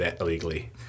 illegally